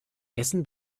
essen